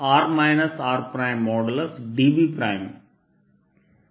dV